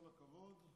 כל הכבוד.